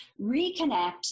reconnect